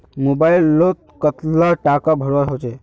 Mobile लोत कतला टाका भरवा होचे?